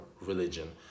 religion